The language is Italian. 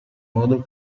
modo